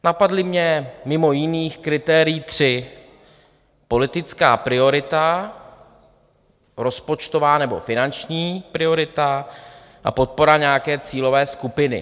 Napadla mě mimo jiných kritérií tři: politická priorita, rozpočtová nebo finanční priorita a podpora nějaké cílové skupiny.